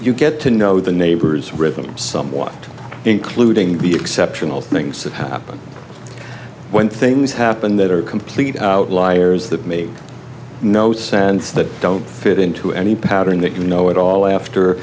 you get to know the neighbors rhythms somewhat including the exceptional things that happen when things happen that are complete outliers that made no sense that don't fit into any pattern that you know at all after